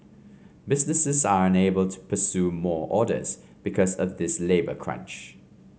businesses are unable to pursue more orders because of this labour crunch